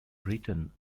written